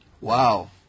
Wow